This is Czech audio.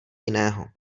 jiného